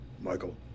Michael